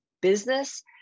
business